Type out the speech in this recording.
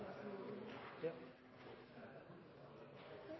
Jeg skal